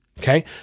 okay